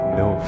no